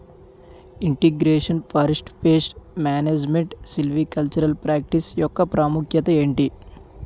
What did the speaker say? integration forest pest management silvicultural practice యెక్క ప్రాముఖ్యత ఏంటి